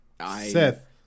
Seth